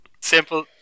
Simple